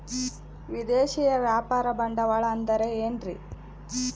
ವಿದೇಶಿಯ ವ್ಯಾಪಾರ ಬಂಡವಾಳ ಅಂದರೆ ಏನ್ರಿ?